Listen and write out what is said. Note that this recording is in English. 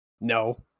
No